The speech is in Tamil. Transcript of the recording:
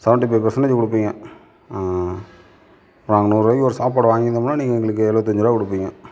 செவன்ட்டி ஃபைவ் பர்சென்டேஜ் கொடுப்பீங்க நாங்கள் நூறு ரூபாய்க்கு ஒரு சாப்பாடு வாங்கிருந்தோம்னால் நீங்கள் எங்களுக்கு எழுபத்தஞ்சி ரூபா கொடுப்பீங்க